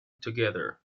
together